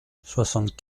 soixante